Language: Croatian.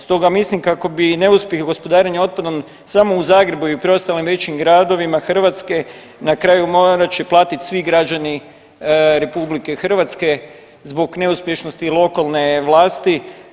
Stoga mislim kako bi neuspjeh gospodarenja otpadom samo u Zagrebu i preostalim većim gradovima Hrvatske na kraju morat će platiti svi građani RH zbog neuspješnosti lokalne vlast.